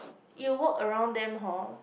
you walk around them hor